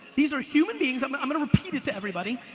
these are human beings, i'm i'm going to repeat it to everybody,